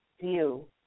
view